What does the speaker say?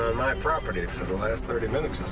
my property for the last thirty minutes